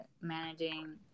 managing